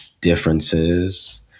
differences